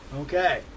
okay